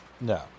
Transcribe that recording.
No